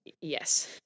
Yes